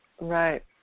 Right